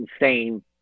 insane